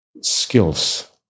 skills